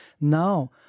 Now